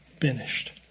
finished